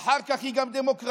ואחר כך היא גם דמוקרטית.